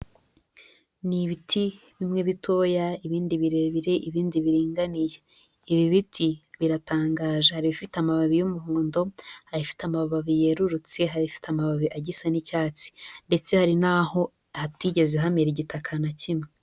Ni ibiti bimwe bitoya, ibindi birebire, ibindi biringaniye. Ibi biti, biratangaje. Hari ibifite amababi y'umuhondo, hari ibifite amababi yerurutse, hari ibifite amababi agisa n'icyatsi ndetse hari naho hatigeze hamera igitaka na kimwe.